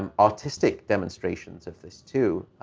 um artistic demonstrations of this, too.